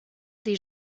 des